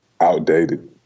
outdated